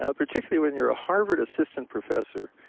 ah particularly when you're a harvard assistant professor,